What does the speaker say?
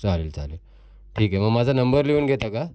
चालेल चालेल ठीक आहे मग माझा नंबर लिहून घेता का